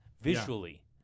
visually